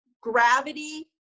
gravity